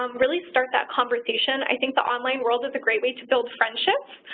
um really start that conversation. i think the online world is a great way to build friendships,